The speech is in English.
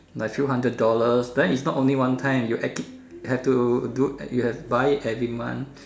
like few hundred dollars then is not only one time you actua~ have to you have to buy it every month